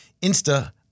Insta